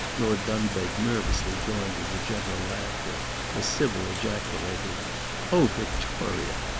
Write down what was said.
lord dunbeg nervously joined in the general laughter as sybil ejaculated oh, victoria!